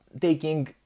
taking